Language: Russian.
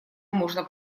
можно